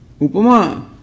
upama